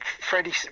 Freddie